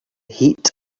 heat